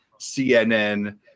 CNN